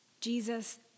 Jesus